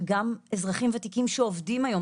שגם אזרחים ותיקים שעובדים היום,